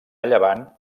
llevant